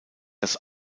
das